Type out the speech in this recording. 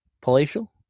Palatial